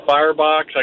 Firebox